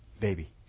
baby